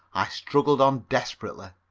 i struggled on desperately.